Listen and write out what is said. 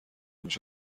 میشه